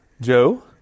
Joe